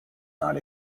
not